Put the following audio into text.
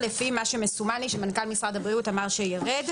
לפי מה שמסומן לי שמנכ"ל משרד הבריאות אמר שיירד.